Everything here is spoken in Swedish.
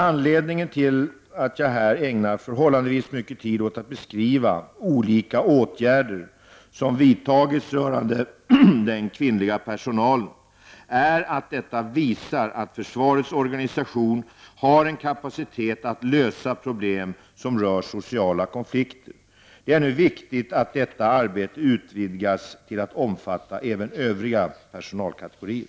Anledningen till att jag här ägnar förhållandevis mycket tid åt att beskriva olika åtgärder som vidtagits rörande den kvinnliga personalen är att detta visar att försvarets organisation har en kapacitet att lösa problem som rör sociala konflikter. Det är nu viktigt att detta arbete utvidgas till att omfatta även Övriga personalkategorier.